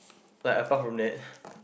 like apart from that